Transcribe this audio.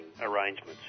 arrangements